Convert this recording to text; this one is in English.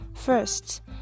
First